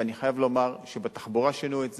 ואני חייב לומר שבתחבורה שינו את זה,